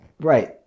Right